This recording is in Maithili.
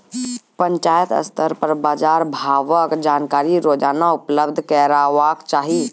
पंचायत स्तर पर बाजार भावक जानकारी रोजाना उपलब्ध करैवाक चाही?